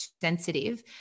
sensitive